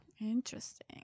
Interesting